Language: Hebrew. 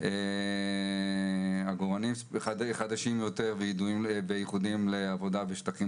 עגורנים חדשים יותר וייחודיים לעבודה בשטחים